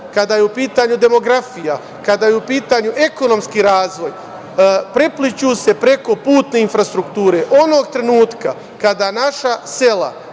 kada je u pitanju demografija, kada je u pitanju ekonomski razvoj, prepliću se preko putne infrastrukture. Onog trenutka kada naša sela,